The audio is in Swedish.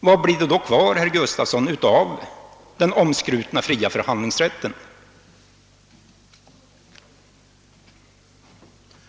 Vad blir det då kvar av den omskrutna fria förhandlingsrätten, herr Gustavsson?